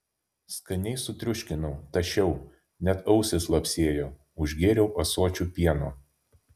skaniai sutriuškinau tašiau net ausys lapsėjo užgėriau ąsočiu pieno